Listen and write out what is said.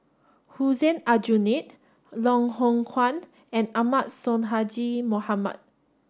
Hussein Aljunied Loh Hoong Kwan and Ahmad Sonhadji Mohamad